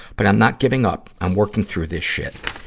but i'm not giving up i'm working through this shit.